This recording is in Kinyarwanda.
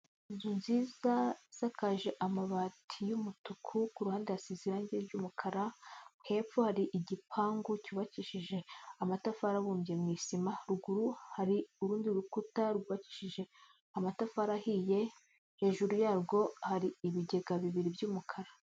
Inzu nziza isakaje amabati y'umutuku ku ruhande hasize irangi ry'umukara, hepfo hari igipangu cyubakishije amatafari abumbye mu isima, ruguru hari urundi rukuta rwubakishije amatafari ahiye, hejuru yarwo hari ibigega bibiri by'umukara.